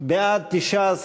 1 נתקבל.